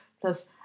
plus